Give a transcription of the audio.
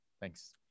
Thanks